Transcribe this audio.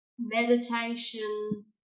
meditation